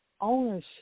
ownership